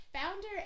founder